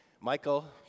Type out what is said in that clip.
Michael